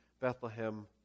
Bethlehem